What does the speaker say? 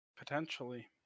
Potentially